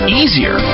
easier